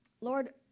Lord